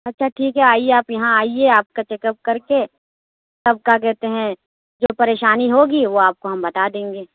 اچھا ٹھیک ہے آئیے آپ یہاں آئیے آپ کا چیک اپ کر کے اب کیا کہتے ہیں جو پریشانی ہو گی وہ آپ کو ہم بتا دیں گے